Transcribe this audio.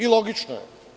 I logično je.